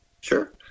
Sure